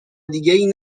دیگهای